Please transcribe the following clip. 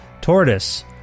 Tortoise